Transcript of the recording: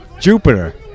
Jupiter